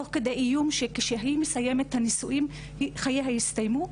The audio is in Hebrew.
תוך כדי איום שכאשר היא מסיימת את הנישואין חייה הסתיימו.